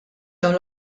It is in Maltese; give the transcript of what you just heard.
dawn